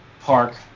park